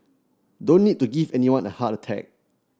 don't need to give anyone a heart attack